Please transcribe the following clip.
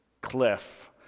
cliff